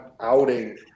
outing